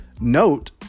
note